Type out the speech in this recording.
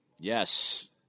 Yes